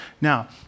Now